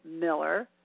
Miller